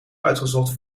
uitgezocht